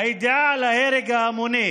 הידיעה על ההרג ההמוני